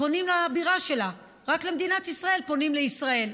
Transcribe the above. פונים לבירה שלה, רק למדינת ישראל, פונים לישראל.